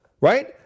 Right